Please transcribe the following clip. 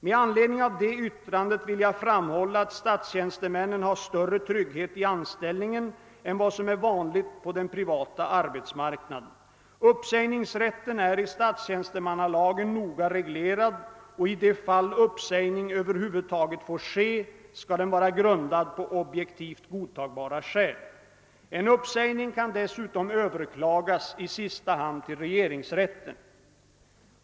Med anledning av det yttrandet vill jag framhålla att statstjänstemännen har större trygghet i anställningen än vad som är vanligt på den privata arbetsmarknaden. Uppsägningsrätten är i statstjänstemannalagen noga reglerad, och i de fall uppsägning över huvud taget får ske skall den vara grundad på objektivt godtagbara skäl. En uppsägning kan dessutom överklagas, i sista hand till regeringsrätten.